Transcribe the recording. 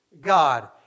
God